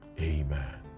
Amen